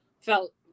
felt